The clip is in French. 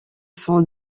sont